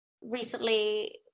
recently